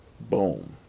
Boom